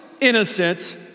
innocent